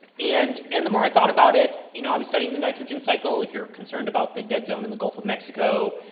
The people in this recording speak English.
and, and the more i thought about it, you know, i was studying the nitrogen cycle. if you're concerned about the dead zone in the gulf of mexico,